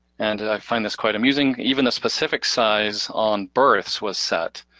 and i find this quite amusing, even a specific size on berths was set,